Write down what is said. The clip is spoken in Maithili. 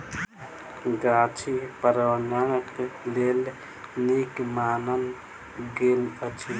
गाछी पार्यावरणक लेल नीक मानल गेल अछि